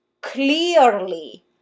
clearly